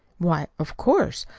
why, of course,